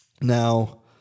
Now